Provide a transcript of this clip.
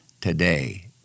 today